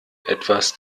etwas